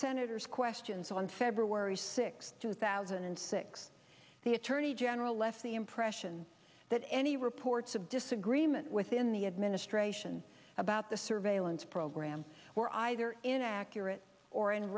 senator's questions on february sixth two thousand and six the attorney general left the impression that any reports of disagreement within the administration about the surveillance program were either inaccurate or in